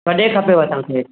कॾहिं खपेव तव्हांखे